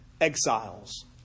exiles